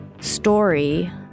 Story